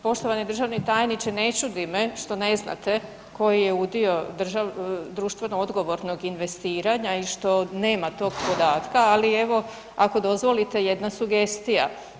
Poštovani državni tajniče, ne čudi me što ne znate koji je udio društveno odgovornog investiranja i što nema tog podatka ali evo, ako dozvolite jedna sugestija.